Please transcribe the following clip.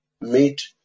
meet